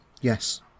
Yes